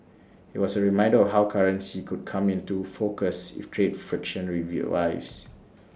IT was A reminder of how currency could come into focus if trade friction revives